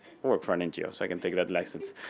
work for an ngo so i can take that license.